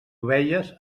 ovelles